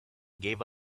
gave